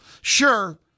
Sure